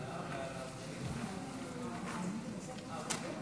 אושרה בקריאה ראשונה ותעבור לדיון